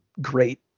great